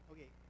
Okay